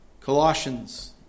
Colossians